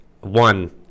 one